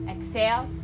Exhale